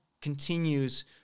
continues